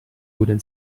wooden